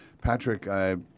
Patrick